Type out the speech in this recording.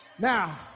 Now